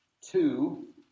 two